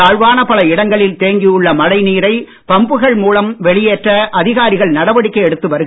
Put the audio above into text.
தாழ்வான பல இடங்களில் தேங்கியுள்ள மழை நீரை பம்புகள் மூலம் வெளியேற்ற அதிகாரிகள் நடவடிக்கை எடுத்து வருகின்றனர்